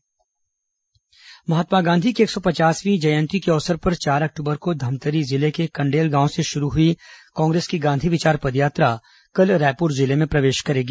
गांधी विचार पदयात्रा महात्मा गांधी की एक सौ पचासवीं जयंती के अवसर पर चार अक्टूबर को धमतरी जिले के ग्राम कण्डेल से शुरू हुई कांग्रेस की गांधी विचार पदयात्रा कल रायपुर जिले में प्रवेश करेगी